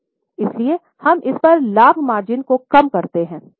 इसलिए हम इस पर लाभ मार्जिन को कम करते हैं